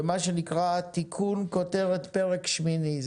במה שנקרא תיקון כותרת פרק שמיני.